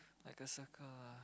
like a sucker ah